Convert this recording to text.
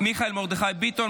מיכאל מרדכי ביטון,